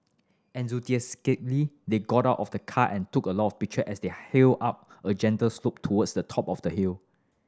enthusiastically they got out of the car and took a lot of pictures as they hill up a gentle slope towards the top of the hill